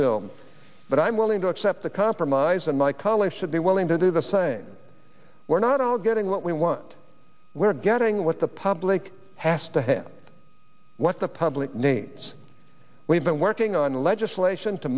bill but i'm willing to accept the compromise and my colleagues should be willing to do the same we're not all getting what we want we're getting what the public has to have what the public needs we've been working on legislation to